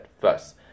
first